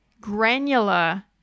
granular